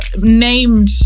named